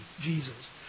Jesus